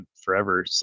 forever